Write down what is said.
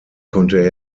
konnte